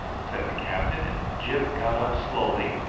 said the captain and gyp got up slowly,